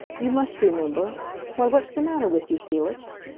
you must remember why, what's the matter with you, felix?